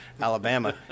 Alabama